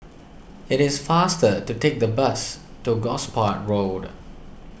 it is faster to take the bus to Gosport Road